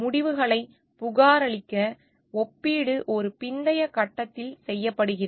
முடிவுகளைப் புகாரளிக்க ஒப்பீடு ஒரு பிந்தைய கட்டத்தில் செய்யப்படுகிறது